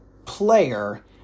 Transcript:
player